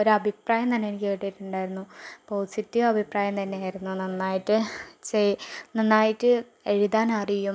ഒരു അഭിപ്രായം തന്നെ എനിക്ക് കിട്ടിയിട്ടുണ്ടായിരുന്നു പോസിറ്റീവ് അഭിപ്രായം തന്നെയായിരുന്നു നന്നായിട്ട് നന്നായിട്ട് എഴുതാനറിയും